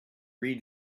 read